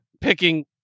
picking